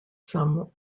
some